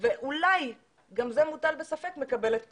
ואולי מקבלת פיצויים.